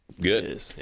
Good